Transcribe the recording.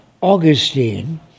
Augustine